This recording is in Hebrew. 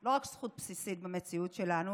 זו לא רק זכות בסיסית במציאות שלנו,